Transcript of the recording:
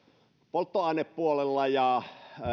polttoainepuolella ja